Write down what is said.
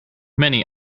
many